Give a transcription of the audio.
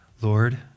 Lord